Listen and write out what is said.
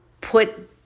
put